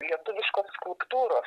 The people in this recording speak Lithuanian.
lietuviškos skulptūros